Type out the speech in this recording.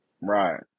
Right